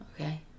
Okay